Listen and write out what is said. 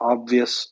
Obvious